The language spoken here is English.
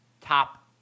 top